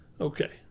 okay